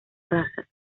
razas